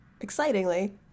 excitingly